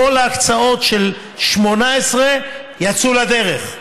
כל ההקצאות של 2018 יצאו לדרך.